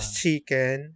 chicken